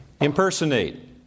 impersonate